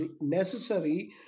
necessary